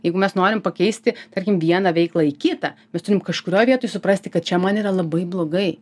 jeigu mes norim pakeisti tarkim vieną veiklą į kitą mes turim kažkurioj vietoj suprasti kad čia man yra labai blogai